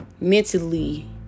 mentally